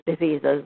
diseases